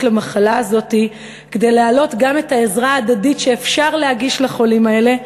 למחלה הזאת כדי להעלות גם את העזרה ההדדית שאפשר להגיש לחולים האלה,